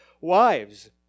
wives